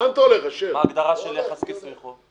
מה תהיה ההגדרה של יחס כיסוי חוב?